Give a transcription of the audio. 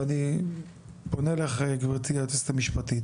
ואני פונה אליך היועצת המשפטית